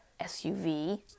SUV